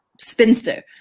spinster